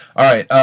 all right.